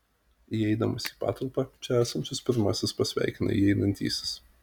įeidamas į patalpą čia esančius pirmasis pasveikina įeinantysis